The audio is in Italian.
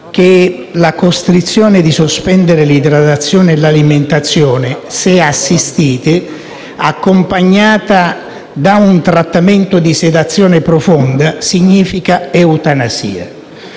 che la costrizione a sospendere l'idratazione e l'alimentazione, se assistite, accompagnata da un trattamento di sedazione profonda, significa eutanasia.